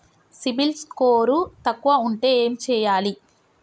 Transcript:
CIBIL score తక్కువ ఉంటే ఏం చేయాలి?